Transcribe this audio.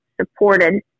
supported